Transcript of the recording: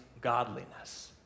godliness